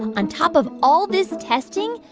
on top of all this testing,